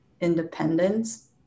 independence